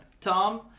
Tom